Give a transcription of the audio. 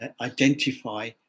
identify